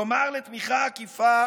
כלומר לתמיכה עקיפה